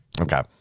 Okay